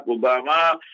Obama